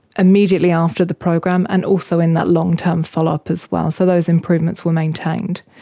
immediately after the program and also in that long-term follow-up as well, so those improvements were maintained.